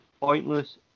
Pointless